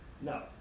no